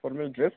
formal dress